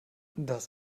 das